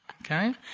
okay